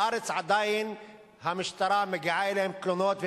בארץ עדיין מגיעות למשטרה תלונות,